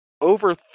over